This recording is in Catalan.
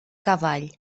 cavall